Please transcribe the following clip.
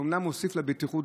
אומנם זה הוסיף לבטיחות,